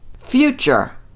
Future